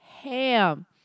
ham